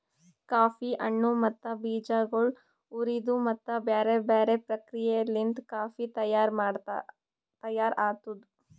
coffee ಹಣ್ಣು ಮತ್ತ ಬೀಜಗೊಳ್ ಹುರಿದು ಮತ್ತ ಬ್ಯಾರೆ ಬ್ಯಾರೆ ಪ್ರಕ್ರಿಯೆಲಿಂತ್ ಕಾಫಿ ತೈಯಾರ್ ಆತ್ತುದ್